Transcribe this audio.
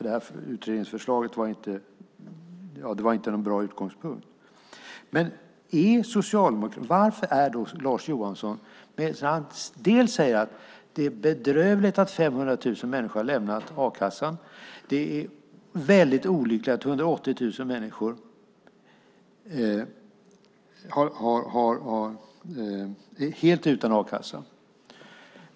Detta utredningsförslag var nämligen inte någon bra utgångspunkt. Lars Johansson sade att det är bedrövligt att 500 000 människor har lämnat a-kassan och att det är väldigt olyckligt att 180 000 människor är helt utan a-kassa.